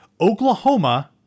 Oklahoma